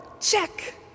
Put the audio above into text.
Check